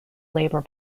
labor